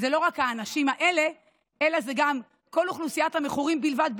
וזה לא רק האנשים האלה אלא גם כל אוכלוסיית המכורים בלבד,